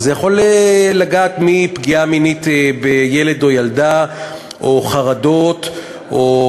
וזה יכול לגעת מפגיעה מינית בילד או ילדה או חרדות או,